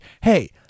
hey